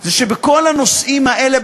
זה שבכל הנושאים האלה,